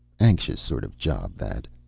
anxious sort of job, that.